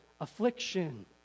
affliction